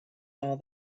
all